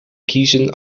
kiezen